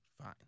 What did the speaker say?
fine